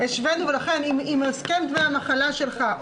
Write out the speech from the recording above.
ימי מחלה.